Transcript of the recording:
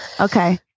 Okay